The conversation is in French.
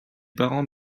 parents